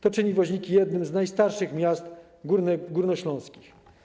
To czyni Woźniki jednym z najstarszych miast górnośląskich.